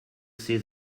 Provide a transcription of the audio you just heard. see